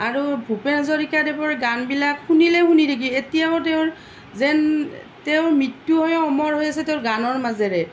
আৰু ভূপেন হাজৰিকাদেৱৰ গানবিলাক শুনিলে শুনি থাকি এতিয়াও তেওঁৰ যেন তেওঁৰ মৃত্যু হৈও অমৰ হৈ আছে তেওঁৰ গানৰ মাজেৰে